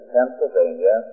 Pennsylvania